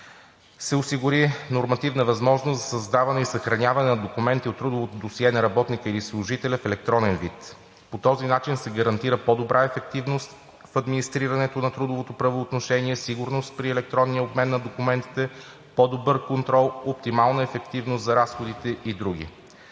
се осигури нормативна възможност за създаване и съхраняване на документи от трудовото досие на работника или служителя в електронен вид. По този начин се гарантира по-добра ефективност в администрирането на трудовото правоотношение, сигурност при електронния обмен на документите, по-добър контрол, оптимална ефективност за разходите и други.